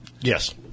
Yes